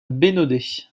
bénodet